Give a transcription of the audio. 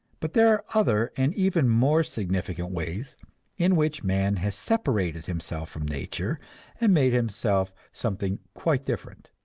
but there are other and even more significant ways in which man has separated himself from nature and made himself something quite different.